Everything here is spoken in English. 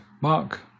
Mark